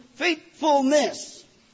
Faithfulness